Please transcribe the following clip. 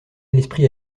l’esprit